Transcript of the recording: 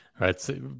Right